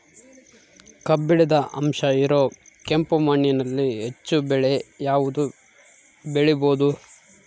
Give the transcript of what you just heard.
ಕಬ್ಬಿಣದ ಅಂಶ ಇರೋ ಕೆಂಪು ಮಣ್ಣಿನಲ್ಲಿ ಹೆಚ್ಚು ಬೆಳೆ ಯಾವುದು ಬೆಳಿಬೋದು?